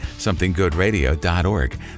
SomethingGoodRadio.org